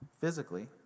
physically